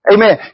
Amen